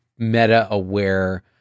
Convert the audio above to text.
meta-aware